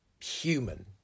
human